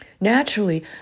naturally